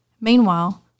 Meanwhile